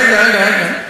רגע, רגע, רגע.